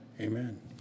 amen